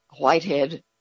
Whitehead